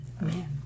Man